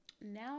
now